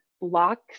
blocks